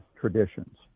traditions